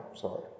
Sorry